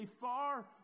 far